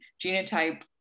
genotype